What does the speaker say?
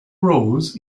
rows